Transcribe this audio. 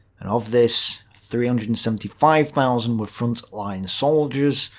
and of this, three hundred and seventy five thousand were front-line soldiers,